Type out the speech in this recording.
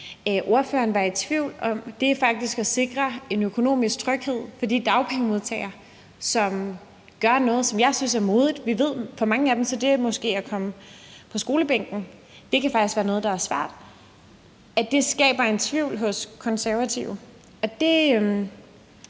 det gode i faktisk at sikre en økonomisk tryghed for de dagpengemodtagere, som gør noget, som jeg synes er modigt – vi ved, at for mange af dem er det at komme på skolebænken måske faktisk noget, der er svært. Det undrer mig bare lidt for at